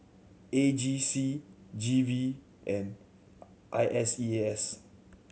A G C G V and I S E A S